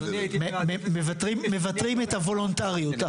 מוותרים את הוולונטריות.